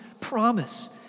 promise